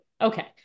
Okay